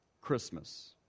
Christmas